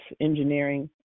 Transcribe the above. Engineering